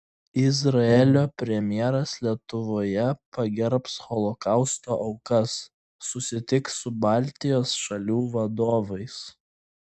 izraelio premjeras lietuvoje pagerbs holokausto aukas susitiks su baltijos šalių vadovais